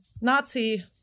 Nazi